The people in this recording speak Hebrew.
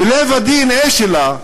בלב הדנ"א שלה,